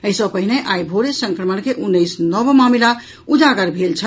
इहि सॅ पहिने आइ भोरे संक्रमण के उन्नैस नव मामिला उजागर भेल छल